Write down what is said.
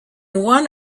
one